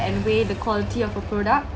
and weigh the quality of a product